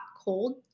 cold